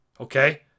okay